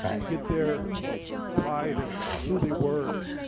to get their pride and who they were